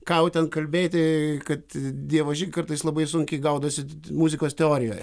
ką jau ten kalbėti kad dievaži kartais labai sunkiai gaudosi muzikos teorijoje